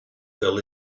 fell